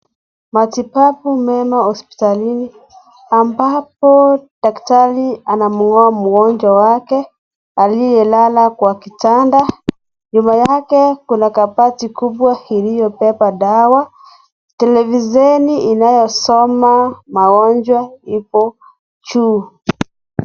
Matibabu mema hospitalini. Ambapo daktari anamng`oa mgonjwa wake, aliyelala kwa kitanda. Nyuma yake kuna kabati kubwa iliyobeba dawa. Televisheni inayosoma maonjo ipo juu.